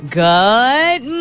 good